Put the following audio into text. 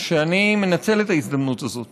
שאני מנצל את ההזדמנות הזאת